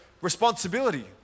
responsibility